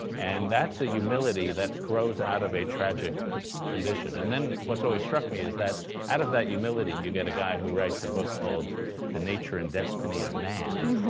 and that's a humility that grows out of a tragic condition. and then what's always struck me is that out of that humility you get a guy who writes a book called the nature and destiny of man,